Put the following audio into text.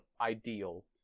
ideal